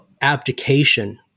abdication